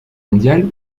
mondiale